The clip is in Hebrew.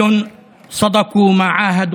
כמה מהם